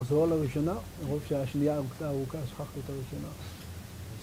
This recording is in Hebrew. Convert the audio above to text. זוהר לראשונה, רוב שהשנייה הייתה ארוכה, שכחתי את הראשונה